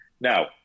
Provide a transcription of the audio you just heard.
now